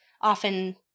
often